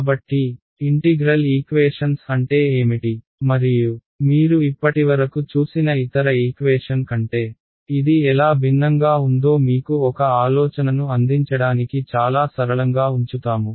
కాబట్టి integral equations అంటే ఏమిటి మరియు మీరు ఇప్పటివరకు చూసిన ఇతర ఈక్వేషన్ కంటే ఇది ఎలా భిన్నంగా ఉందో మీకు ఒక ఆలోచనను అందించడానికి చాలా సరళంగా ఉంచుతాము